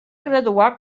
graduar